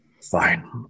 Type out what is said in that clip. fine